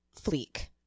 Fleek